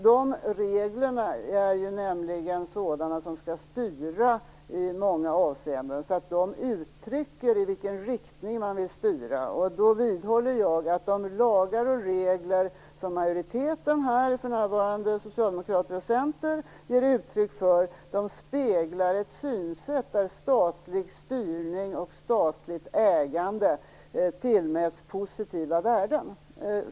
De reglerna är ju nämligen sådana regler som skall styra i många avseenden. De uttrycker i vilken riktning man vill styra. Jag vidhåller att de lagar och regler som majoriteten, för närvarande Socialdemokraterna och Centern, ger uttryck för speglar ett synsätt enligt vilket statlig styrning och statligt ägande tillmäts positiva värden.